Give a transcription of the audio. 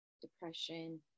depression